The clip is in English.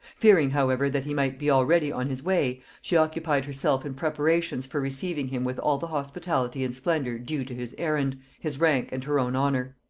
fearing however that he might be already on his way, she occupied herself in preparations for receiving him with all the hospitality and splendor due to his errand, his rank and her own honor.